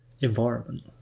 environment